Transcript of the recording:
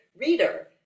reader